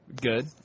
Good